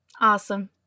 Awesome